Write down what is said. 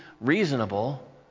reasonable